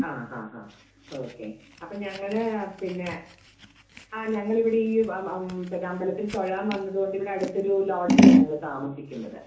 ആ ഹാ ഹാ ഓക്കേ അപ്പോള് ഞങ്ങള് പിന്നെ ആ ഞങ്ങളിവിടെ ഈ പിന്നെ അമ്പലത്തില് തൊഴാൻ വന്നത് കൊണ്ടിവിടെ അടുത്തൊരു ലോഡ്ജിലാണ് ഞങ്ങള് താമസിക്കുന്നത്